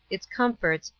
its comforts,